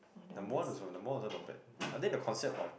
number one also number one also not bad are there the concept orh